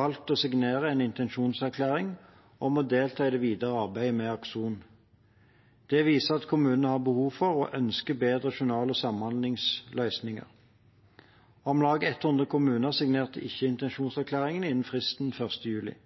valgt å signere en intensjonserklæring om å delta i det videre arbeidet med Akson. Det viser at kommunene har behov for og ønsker bedre journal- og samhandlingsløsninger. Om lag 100 kommuner signerte ikke